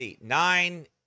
nine